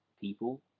people